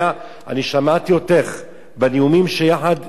אני שמעתי אותך בנאומים כשיחד דיברנו,